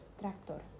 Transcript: Tractor